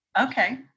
Okay